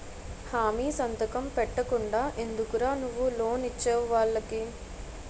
హామీ సంతకం పెట్టకుండా ఎందుకురా నువ్వు లోన్ ఇచ్చేవు వాళ్ళకి